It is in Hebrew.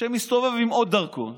שמסתובב עם עוד דרכון,